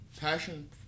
passion